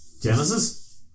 Genesis